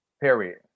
Period